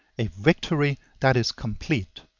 a victory that is complete.